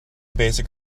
basic